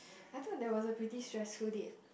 I thought that was a pretty stressful date